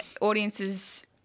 audiences